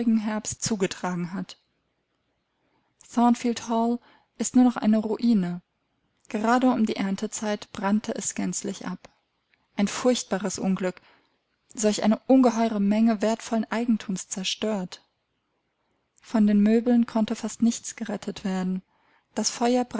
zugetragen hat thornfield hall ist nur noch eine ruine gerade um die erntezeit brannte es gänzlich ab ein furchtbares unglück solch eine ungeheure menge wertvollen eigentums zerstört von den möbeln konnte fast nichts gerettet werden das